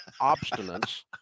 obstinance